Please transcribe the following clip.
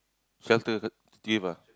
shelter s~ they give ah